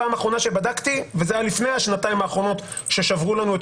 פעם אחרונה שבדקתי וזה היה לפני השנתיים האחרונות ששברו לנו את